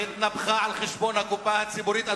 והתנפחה על חשבון הקופה הציבורית,